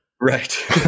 right